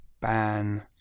ban